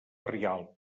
rialp